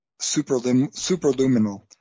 superluminal